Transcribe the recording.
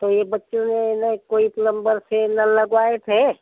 तो ये बच्चों ने ना कोई पलम्बर से नल लगवाए थे